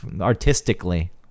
artistically